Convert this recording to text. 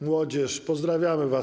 Młodzieży, pozdrawiamy was.